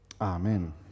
Amen